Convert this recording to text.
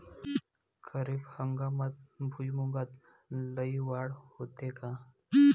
खरीप हंगामात भुईमूगात लई वाढ होते का?